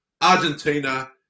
Argentina